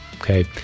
Okay